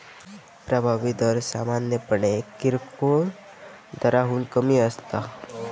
प्रभावी दर सामान्यपणे किरकोळ दराहून कमी असता